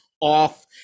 off